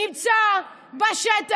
תגידי את זה לליברמן, נמצאים בשטח.